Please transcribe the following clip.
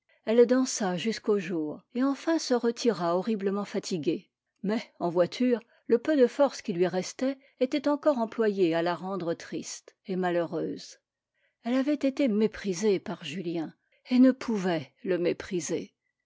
elle dansa jusqu'au jour et enfin se retira horriblement fatiguée mais en voiture le peu de forces qui lui restait était encore employé à la rendre triste et malheureuse elle avait été méprisée par julien et ne pouvait le mépriser